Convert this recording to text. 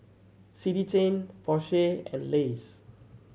City Chain Porsche and Lays